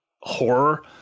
horror